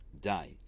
die